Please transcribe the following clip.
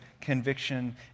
conviction